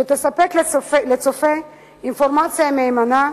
שתספק לצופה אינפורמציה מהימנה,